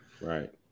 right